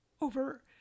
over